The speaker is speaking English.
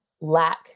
lack